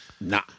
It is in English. Nah